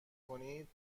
کنید